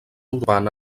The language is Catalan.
urbana